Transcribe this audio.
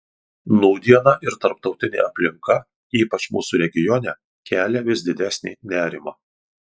nūdiena ir tarptautinė aplinka ypač mūsų regione kelia vis didesnį nerimą